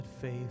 faith